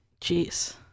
jeez